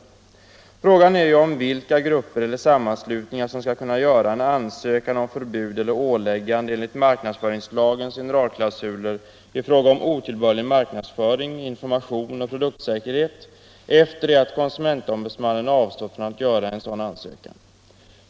Frågan är ju vilka grupper eller sammanslutningar som skall kunna göra en ansökan om förbud eller åläggande enligt marknadsföringslagens generalklausuler i fråga om otillbörlig marknadsföring, information och produktsäkerhet efter det att konsumentombudmannen avstått från att göra en sådan ansökan.